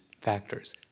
factors